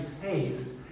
taste